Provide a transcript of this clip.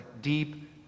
deep